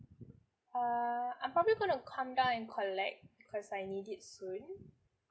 uh I'm probably gonna come down and collect because I need it soon